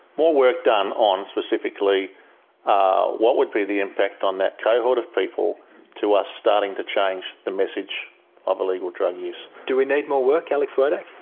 more work done on specifically ah what would be the impact on that cohort of people to us starting to change the message of illegal drug use. do we need more work, alex wodak?